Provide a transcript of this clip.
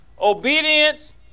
Obedience